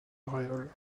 auréole